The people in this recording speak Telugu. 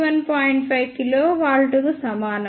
5 కిలోవాల్ట్కు సమానం